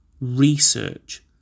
research